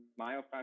myofascial